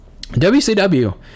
WCW